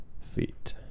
feet